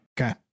Okay